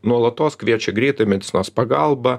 nuolatos kviečia greitą medicinos pagalbą